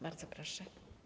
Bardzo proszę.